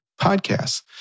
podcasts